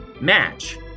Match